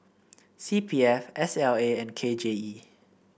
C P F S L A and K J E